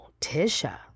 Tisha